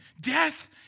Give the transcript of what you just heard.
Death